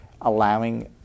allowing